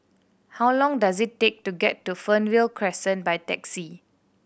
how long does it take to get to Fernvale Crescent by taxi